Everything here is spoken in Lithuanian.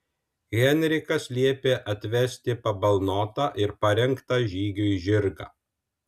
henrikas liepia atvesti pabalnotą ir parengtą žygiui žirgą